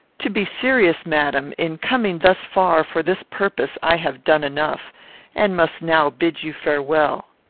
to be serious, madam, in coming thus far, for this purpose, i have done enough and must now bid you farewell.